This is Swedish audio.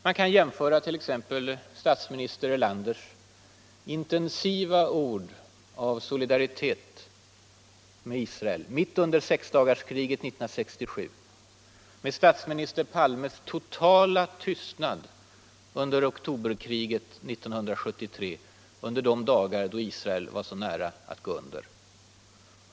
Man kan jämföra t.ex. statsminister Erlanders intensiva ord av solidaritet med Israel mitt under sexdagarskriget 1967 med statsminister Palmes totala tystnad under oktoberkriget 1973, i de dagar då Israel var så nära att gå under.